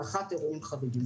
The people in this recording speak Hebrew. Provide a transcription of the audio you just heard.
בוקר טוב.